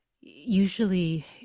usually